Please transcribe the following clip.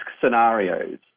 scenarios